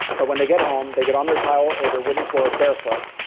but when they get home, they get on their tile or their wooden floor barefoot,